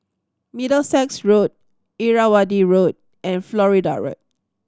Middlesex Road Irrawaddy Road and Florida Road